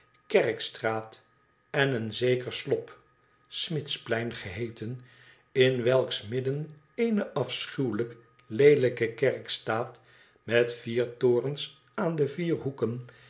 kerkstraat en een zeker slop smidsplein geheeten in welks midden eene afschuwelijk leelijke kerk staat met vier torens aan de vier hoeken